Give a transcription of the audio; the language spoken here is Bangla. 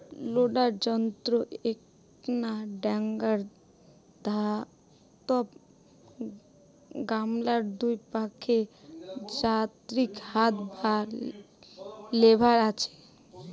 লোডার যন্ত্রর এ্যাকনা ডাঙর ধাতব গামলার দুই পাকে যান্ত্রিক হাত বা লেভার আচে